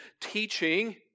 teaching